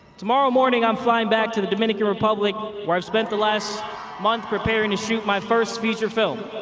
tomorrow morning i'm flying back to the dominican republic where i've spent the last month preparing to shoot my first feature film.